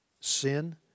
Sin